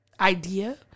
idea